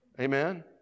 Amen